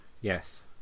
Yes